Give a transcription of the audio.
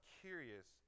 curious